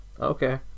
Okay